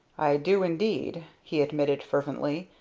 i do indeed, he admitted fervently.